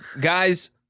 Guys